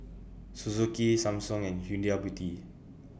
Suzuki Samsung and Huda Beauty